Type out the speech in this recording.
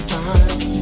time